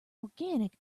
organic